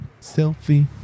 selfie